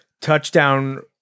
touchdown